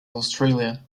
australia